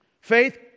Faith